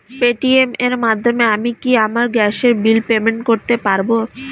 Paytm এর মাধ্যমে আমি কি আমার গ্যাসের বিল পেমেন্ট করতে পারব?